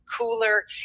cooler